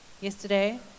yesterday